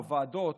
בוועדות.